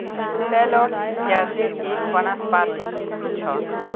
shallots प्याज़ेर एक वानस्पतिक किस्म छ